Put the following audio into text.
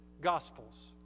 gospels